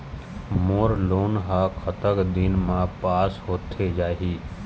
मोर loan हा कतक दिन मा पास होथे जाही?